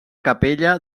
capella